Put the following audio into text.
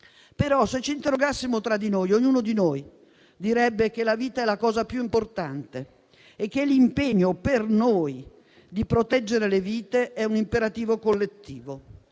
però ci interrogassimo tra noi, ognuno direbbe che la vita è la cosa più importante e che l'impegno di proteggere le vite è per noi un imperativo collettivo.